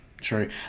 true